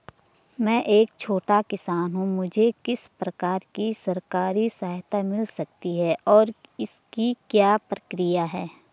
मैं एक छोटा किसान हूँ मुझे किस प्रकार की सरकारी सहायता मिल सकती है और इसकी क्या प्रक्रिया है?